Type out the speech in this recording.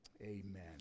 Amen